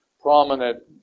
prominent